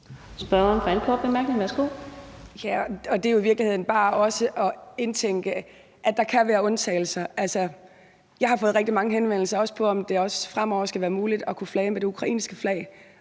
Kl. 10:12 Mai Mercado (KF): Ja, og det er jo i virkeligheden bare også at indtænke, at der kan være undtagelser. Altså, jeg har fået rigtig mange henvendelser om, om det også fremover skal være muligt at kunne flage med det ukrainske flag.